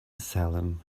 salem